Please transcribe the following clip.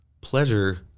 pleasure